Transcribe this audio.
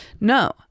No